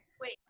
wait